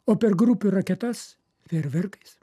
o per grupių raketas fejerverkais